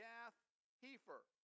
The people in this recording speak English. Gath-Hefer